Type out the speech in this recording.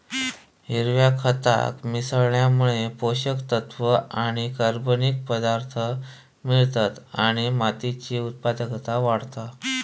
हिरव्या खताक मिसळल्यामुळे पोषक तत्त्व आणि कर्बनिक पदार्थांक मिळतत आणि मातीची उत्पादनता वाढता